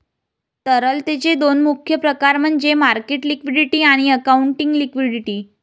तरलतेचे दोन मुख्य प्रकार म्हणजे मार्केट लिक्विडिटी आणि अकाउंटिंग लिक्विडिटी